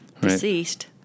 deceased